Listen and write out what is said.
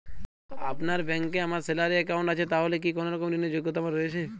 আপনার ব্যাংকে আমার স্যালারি অ্যাকাউন্ট আছে তাহলে কি কোনরকম ঋণ র যোগ্যতা আমার রয়েছে?